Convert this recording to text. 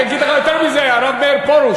אגיד לך יותר מזה, הרב מאיר פרוש.